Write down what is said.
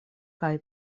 kaj